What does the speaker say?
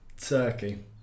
Turkey